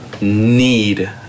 need